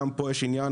גם פה יש עניין,